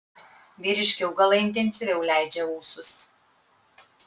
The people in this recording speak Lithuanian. vyriški augalai intensyviau leidžia ūsus